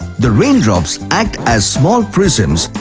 the raindrops act as small prisms.